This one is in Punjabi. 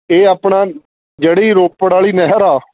ਇਹ ਆਪਣਾ ਜਿਹੜੀ ਰੋਪੜ ਵਾਲੀ ਨਹਿਰ ਆ